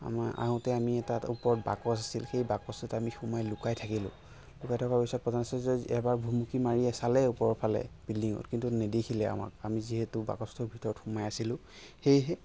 আমাৰ আহোঁতে আমি তাত ওপৰত বাকচ আছিল সেই বাকচত সোমাই লুকাই থাকিলোঁ কিবা এটা হোৱা পিছত প্ৰধান আচাৰ্যই এবাৰ ভুমুকি মাৰি চালে ওপৰৰ ফালে বিল্ডিঙত কিন্তু নেদেখিলে আমাক আমি যিহেতু বাকচটোৰ ভিতৰত সোমাই আছিলোঁ সেয়েহে